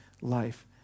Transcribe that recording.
life